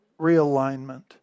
realignment